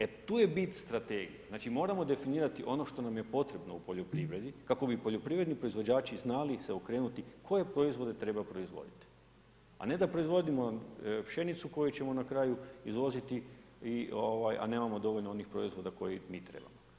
E tu je bit strategije, znači moramo definirati ono što nam je potrebno u poljoprivredi kako bi poljoprivredni proizvođači znali se okrenuti koje proizvode treba proizvoditi a ne da proizvodimo pšenicu koju ćemo na kraju izvoziti a nemamo dovoljno onih proizvoda koje mi trebamo.